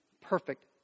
perfect